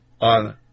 on